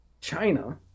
China